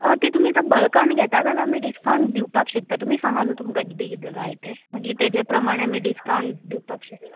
ती तुमी आतां बल्कान घेता जाल्यार आमी डिसकावण्ट दिवपाक शकता तुमी सांगा न्हू तुमकां किदें किदें जाय तें मागीर तेजे प्रमाणें आमी डिसकावंट दिवपाक शकता